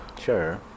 Sure